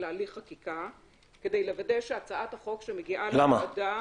להליך חקיקה כדי לוודא שהצעת החוק שמגיעה לוועדה